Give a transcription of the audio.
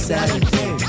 Saturday